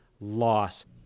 loss